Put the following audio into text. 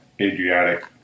Adriatic